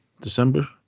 December